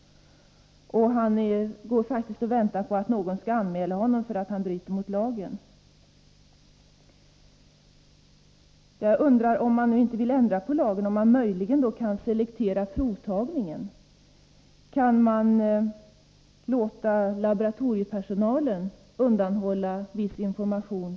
Han går faktiskt och väntar på att någon skall anmäla honom för lagbrott. Om man nu inte vill ändra på lagstiftningen undrar jag om man möjligen kan selektera provtagningen. Kan man låta laboratoriepersonalen undanhålla läkarna viss information?